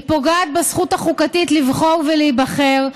היא פוגעת בזכות החוקתית לבחור ולהיבחר.